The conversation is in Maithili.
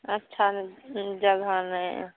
अच्छा जगह नहि हइ